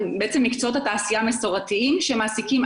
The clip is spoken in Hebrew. התקציב, שזה